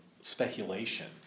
speculation